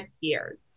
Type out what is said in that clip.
years